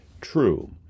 true